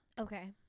Okay